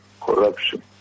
corruption